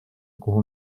kuhu